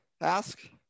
ask